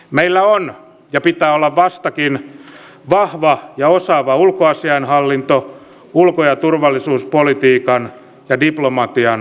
meillä on ja pitää olla vastakin vahva ja osaava ulkoasiainhallinto ulko ja turvallisuuspolitiikan ja diplomatian toimeenpanossa